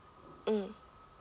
mm